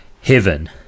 heaven